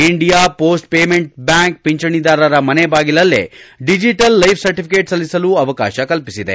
India post payment bank ಪಿಂಚಣಿದಾರರ ಮನೆ ಬಾಗಿಲಿನಲ್ಲೇ ಡಿಜಿಟಲ್ ಲೈಪ್ ಸರ್ಟಫಿಕೆಟ್ ಸಲ್ಲಿಸಲು ಅವಕಾಶ ಕಲ್ಪಿಸಿದೆ